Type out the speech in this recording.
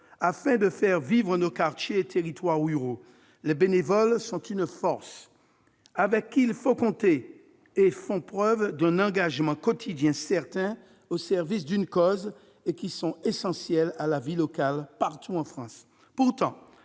afin de faire vivre nos quartiers et territoires ruraux. Les bénévoles sont une force avec laquelle il faut compter : ils font preuve d'un engagement quotidien certain au service d'une cause et sont essentiels à la vie locale partout en France